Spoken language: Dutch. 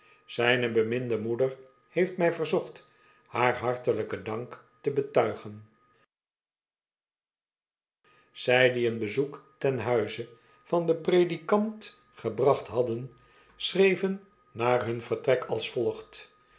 zijne beminde moeder beeft mij verzocht haar hartelijken dank te betuigen zij die een bezoek ten huize van den predikant gebracht ha'dden schreven na hun vertrek als volgt